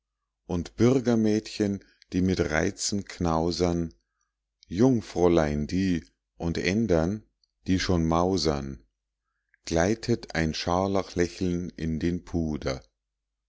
und bürgermädchen die mit reizen knausern jungfräulein die und ändern die schon mausern gleitet ein scharlachlächeln in den puder